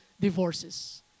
divorces